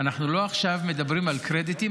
אנחנו לא מדברים עכשיו על קרדיטים,